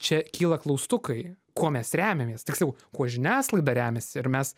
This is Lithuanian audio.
čia kyla klaustukai kuo mes remiamės tiksliau kuo žiniasklaida remias ir mes